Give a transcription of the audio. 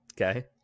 Okay